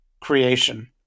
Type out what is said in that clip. creation